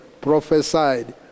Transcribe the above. prophesied